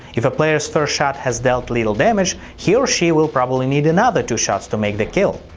if a player's first shot has dealt little damage, he or she will probably need another two shots to make the kill.